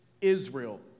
Israel